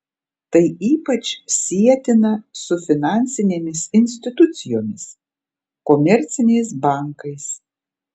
tai ypač sietina su finansinėmis institucijomis komerciniais bankais